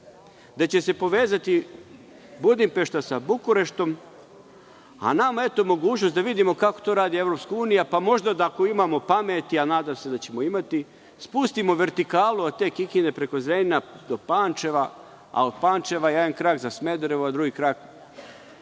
gde će se povezati Budimpešta sa Bukureštom, a nama eto mogućnost da vidimo kako to radi EU. Možda ako imamo pameti, a nadam se da ćemo imati, spustimo vertikalu od Kikinde, preko Zrenjanina, do Pančeva, a od Pančeva jedan krak za Smederevo, drugi krak